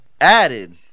added